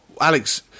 Alex